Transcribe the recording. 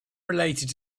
related